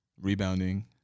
rebounding